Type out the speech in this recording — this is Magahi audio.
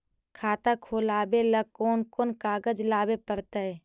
खाता खोलाबे ल कोन कोन कागज लाबे पड़तै?